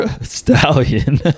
stallion